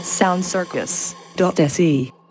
Soundcircus.se